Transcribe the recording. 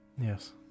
yes